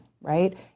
right